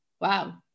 Wow